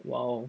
!wow!